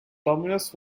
terminus